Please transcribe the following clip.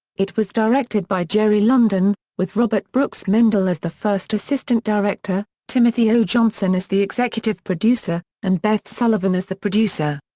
it was directed by jerry london, with robert brooks mendel as the first assistant director, timothy o. johnson as the executive producer, and beth sullivan as the producer.